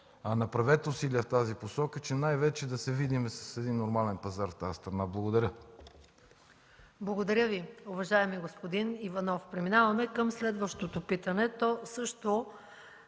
– направете усилия в тази посока, и то най-вече да се видим с един нормален пазар в тази страна. Благодаря. ПРЕДСЕДАТЕЛ МАЯ МАНОЛОВА: Благодаря Ви, уважаеми господин Иванов. Преминаваме към следващото питане.